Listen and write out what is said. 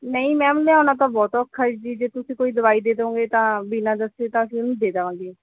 ਨਹੀਂ ਮੈਮ ਲਿਆਉਣਾ ਤਾਂ ਬਹੁਤ ਔਖਾ ਹੈ ਜੀ ਜੇ ਤੁਸੀਂ ਕੋਈ ਦਵਾਈ ਦੇ ਦਿਉਂਗੇ ਤਾਂ ਬਿਨਾਂ ਦੱਸੇ ਤਾਂ ਅਸੀਂ ਉਹਨੂੰ ਦੇ ਦੇਵਾਂਗੇ